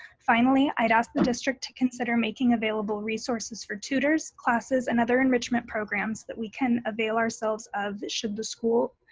finally, i'd ask the district to consider making available resources for tutors, classes, and other enrichment programs that we can avail ourselves of should the school,